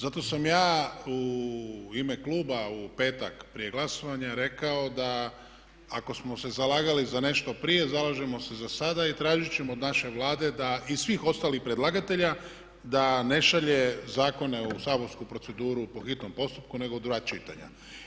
Zato sam ja u ime kluba u petak prije glasovanja rekao da ako smo se zalagali za nešto prije, zalažemo i sada i tražit ćemo od naše Vlade i svih ostalih predlagatelja da ne šalje zakone u saborsku proceduru po hitnom postupku nego u dva čitanja.